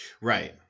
Right